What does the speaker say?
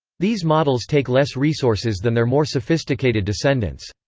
these models take less resources than their more sophisticated descendants.